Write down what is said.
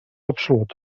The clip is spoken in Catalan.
absolut